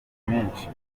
menshi